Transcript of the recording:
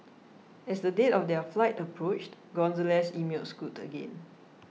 as the date of their flight approached Gonzalez emailed Scoot again